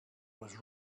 was